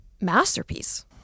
masterpiece